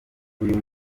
uyu